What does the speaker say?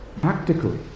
practically